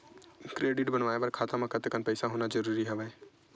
Credit बनवाय बर खाता म कतेकन पईसा होना जरूरी हवय?